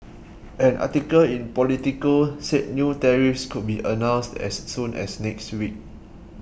an article in Politico said new tariffs could be announced as soon as next week